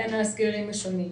בין הסגרים השונים.